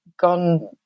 gone